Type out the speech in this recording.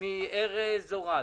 מארז אורעד,